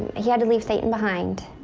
he had to leave satan behind,